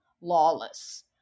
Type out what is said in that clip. lawless